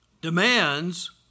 demands